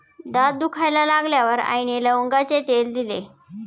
दात दुखायला लागल्यावर आईने लवंगाचे तेल दिले